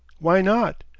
why not?